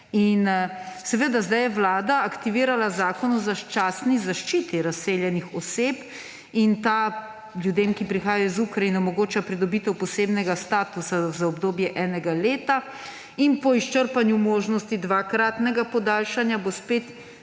Seveda, zdaj je vlada aktivirala Zakon o začasni zaščiti razseljenih oseb. Ta ljudem, ki prihajajo iz Ukrajine, omogoča pridobitev posebnega statusa za obdobje enega leta in po izčrpanju možnosti dvakratnega podaljšanja bo spet